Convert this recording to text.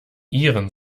ihren